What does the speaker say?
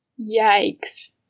Yikes